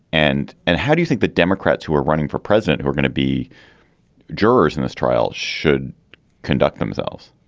and and how do you think that democrats who are running for president, who are going to be jurors in this trial should conduct themselves?